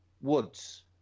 Woods